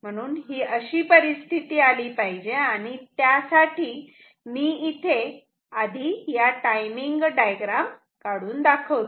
म्हणून ही अशी परिस्थिती आली पाहिजे त्यासाठी मी इथे टाइमिंग डायग्राम काढून दाखवतो